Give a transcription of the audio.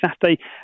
Saturday